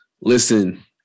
listen